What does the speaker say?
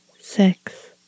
six